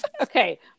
okay